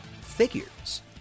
figures